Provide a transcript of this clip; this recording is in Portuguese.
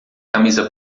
camisa